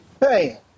Hey